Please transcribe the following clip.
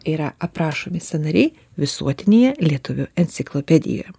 yra aprašomi sąnariai visuotinėje lietuvių enciklopedijoje